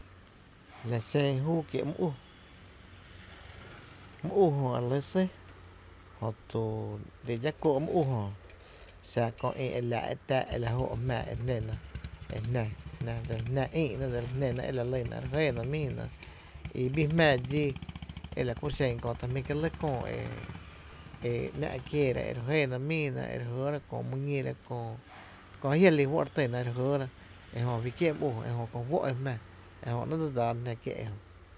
La xen júú kiee’ my ú, my ú jö re lɇ sý jö to lla dxá kóó’ my ú jö xa köö ï e laa’ e jmⱥⱥ e jnéna, e jna, edsel jná ïïna e dsel jná e lyna e re jɇɇna míina i bii jmⱥⱥ dxíi e la ku xen kö e ta jmí’ kié’ lɇ e ‘nⱥ’ kieera e re jɇɇna míina e re jɇra kö my ñíra köö je jia’ re lí fó’ re tyna e re jɇɇra e jö fí kié’ my ú jö, ejö ko juó’ ejmⱥⱥ e jö néé’ dse dsaána jná kié’ ejö.